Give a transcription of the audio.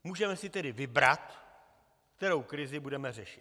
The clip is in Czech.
Můžeme si tedy vybrat, kterou krizi budeme řešit.